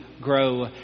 grow